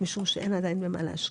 משום שאין עדיין במה להשקיע.